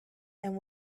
and